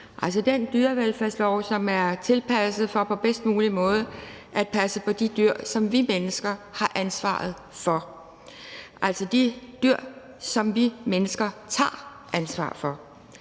– den dyrevelfærdslov, som er tilpasset for på bedst mulig måde at passe på de dyr, som vi mennesker har ansvaret for, altså de dyr, som vi mennesker tager ansvar for.